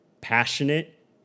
passionate